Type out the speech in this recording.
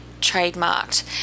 trademarked